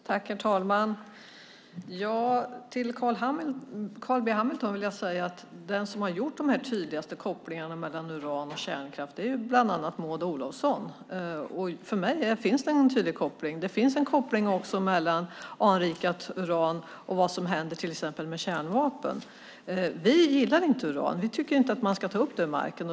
Herr talman! Den som har gjort de tydligaste kopplingarna mellan uran och kärnkraft, Carl B Hamilton, är bland annat Maud Olofsson. För mig finns en tydlig koppling. Det finns en koppling mellan anrikat uran och vad som till exempel händer med kärnvapen. Vi gillar inte uran. Vi tycker inte att man ska ta upp det ur marken.